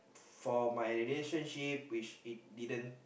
for my relationship which it didn't